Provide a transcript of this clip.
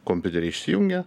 kompiuteriai išsijungė